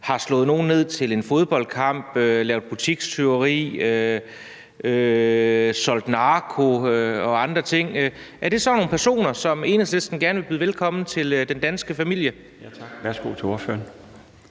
har slået nogen ned til en fodboldkamp, lavet butikstyveri, solgt narko og andre ting? Er det sådan nogle personer, som Enhedslisten gerne vil byde velkommen til den danske familie? Kl. 17:15 Den fg.